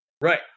right